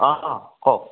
অঁ অঁ কওক